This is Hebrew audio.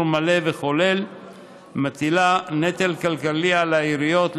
מלא וכולל מטילה נטל כלכלי על העיריות,